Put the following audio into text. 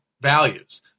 values